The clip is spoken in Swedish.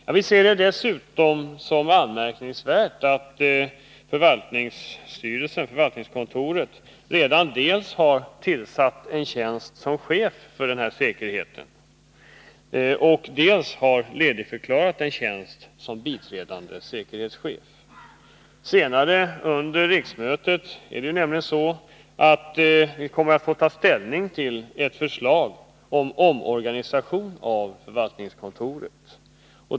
Vi finner det dessutom anmärkningsvärt att riksdagens förvaltningskontor redan dels har inrättat en tjänst som chef för säkerheten, dels har ledigförklarat en tjänst som biträdande säkerhetschef. Senare under riksmötet kommer vi att få ta ställning till ett förslag om omorganisation av förvaltningskontoret.